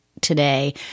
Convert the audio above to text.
today